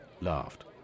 laughed